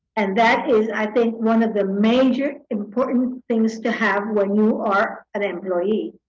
and that is i think one of the major important things to have when you are an employee.